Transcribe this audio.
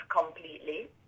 completely